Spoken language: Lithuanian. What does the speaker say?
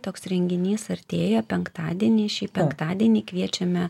toks renginys artėja penktadienį šį penktadienį kviečiame